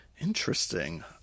Interesting